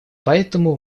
поэтому